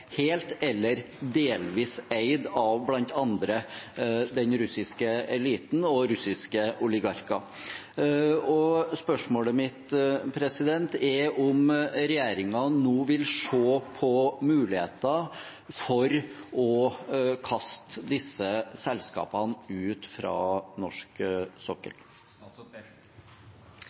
helt eller delvis eid av bl.a. den russiske eliten og russiske oligarker. Spørsmålet mitt er om regjeringen nå vil se på muligheter for å kaste disse selskapene ut fra norsk sokkel.